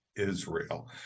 Israel